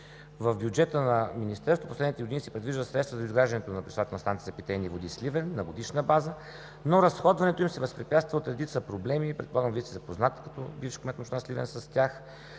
В бюджета на Министерството в последните години се предвиждат средства за доизграждането на пречиствателна станция за питейни води – Сливен, на годишна база, но разходването им се възпрепятства от редица проблеми, предполагам, Вие сте запознат като бивш кмет на община Сливен с тях,